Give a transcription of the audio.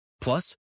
plus